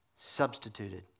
Substituted